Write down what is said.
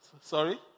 sorry